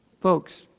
Folks